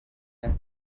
أيام